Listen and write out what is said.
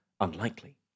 unlikely